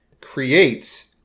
creates